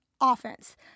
offense